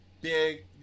Big